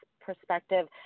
perspective